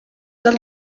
del